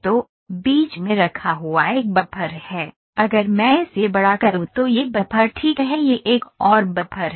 तो बीच में रखा हुआ एक बफर है अगर मैं इसे बड़ा करूं तो यह बफर ठीक है यह एक और बफर है